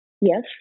yes